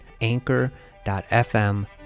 anchor.fm